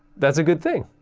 that's a good thing.